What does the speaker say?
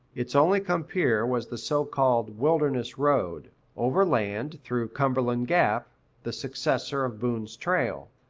its only compeer was the so-called wilderness road, overland through cumberland gap the successor of boone's trail,